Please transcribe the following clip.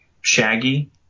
shaggy